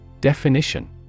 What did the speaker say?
Definition